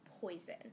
poison